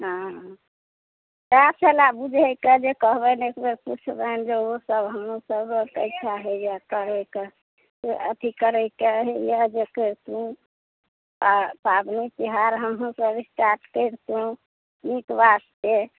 हँ सएह छले बूझयके जे कहबनि एक बेर पुछबनि जे ओसभ हमरोसभक इच्छा होइए करयके से अथी करयके होइए जे करितहुँ पाबनि तिहार हमहूँसभ एसटाट करितहुँ नीक बात छै